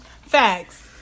Facts